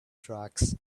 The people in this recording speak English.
tracks